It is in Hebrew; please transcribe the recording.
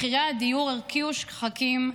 מחירי הדיור הרקיעו שחקים,